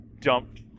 dumped